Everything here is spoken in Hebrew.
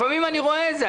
לפעמים אני רואה את זה,